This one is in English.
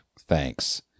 Thanks